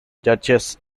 duchess